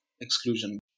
exclusion